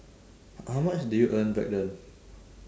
how much did you earn back then